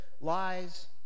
lies